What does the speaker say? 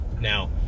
Now